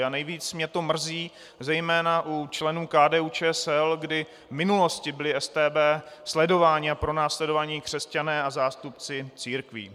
A nejvíc mě to mrzí zejména u členů KDUČSL, kdy v minulosti byli StB sledováni a pronásledováni křesťané a zástupci církví.